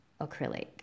acrylic